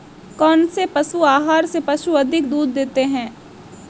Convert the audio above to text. कौनसे पशु आहार से पशु अधिक दूध देते हैं?